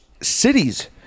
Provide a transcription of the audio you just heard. cities